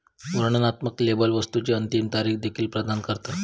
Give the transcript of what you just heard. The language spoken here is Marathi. वर्णनात्मक लेबल वस्तुची अंतिम तारीख देखील प्रदान करता